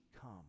come